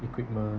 equipment